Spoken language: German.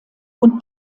und